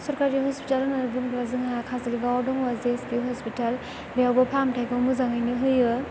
सरकारि हस्पिटाल होननानै बुंब्ला जोंहा काजोलगावआव दङ जे एस बि हस्पिटाल बेयावबो फाहामथायखौ मोजाङैनो होयो